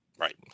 Right